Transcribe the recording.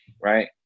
right